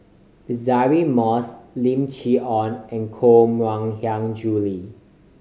Deirdre Moss Lim Chee Onn and Koh Mui Hiang Julie